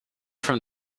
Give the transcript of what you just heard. from